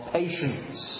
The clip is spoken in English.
patience